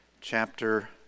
chapter